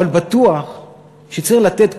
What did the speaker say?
אבל בטוח שצריך לתת,